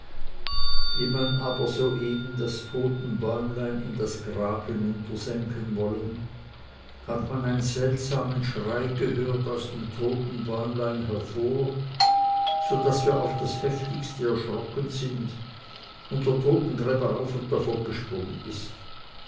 wie man aber so eben das todtenbäumlein in das grab hinunter senken wollen hat man ein seltsamen schrei gehört aus dem todtenbäumlein hervor so daß wir auf das heftigste erschrocken sind und der todtengräber auf und davon gesprungen ist